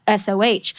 SOH